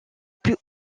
plus